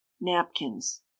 Napkins